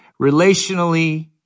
Relationally